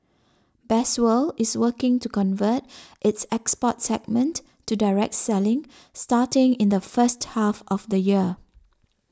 best world is working to convert its export segment to direct selling starting in the first half of the year